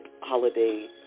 holiday